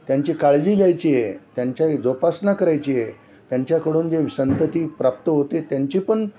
त्यांची काळजी घ्यायची आहे त्यांच्याही जोपासना करायची आहे त्यांच्याकडून जे संतती प्राप्त होते त्यांची पण